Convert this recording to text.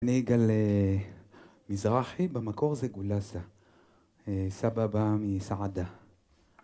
אני יגאל מזרחי, במקור זה גולסה, סבא בא מסעדה